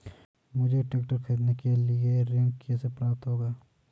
मुझे ट्रैक्टर खरीदने के लिए ऋण कैसे प्राप्त होगा?